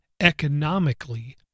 economically